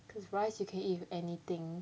cause rice you can eat with anything